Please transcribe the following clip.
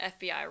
FBI